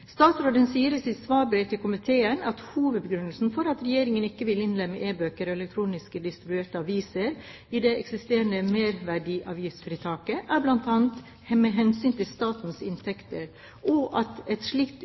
Statsråden sier i sitt svarbrev til komiteen at hovedbegrunnelsene for at Regjeringen ikke vil innlemme e-bøker og elektronisk distribuerte aviser i det eksisterende merverdiavgiftsfritaket, bl.a. er hensynet til statens inntekter og at et slikt